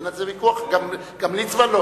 אין על זה ויכוח, גם לא עם ליצמן.